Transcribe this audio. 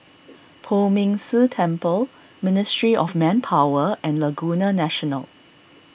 Poh Ming Tse Temple Ministry of Manpower and Laguna National